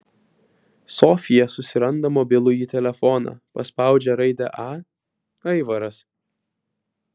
sofija susiranda mobilųjį telefoną paspaudžia raidę a aivaras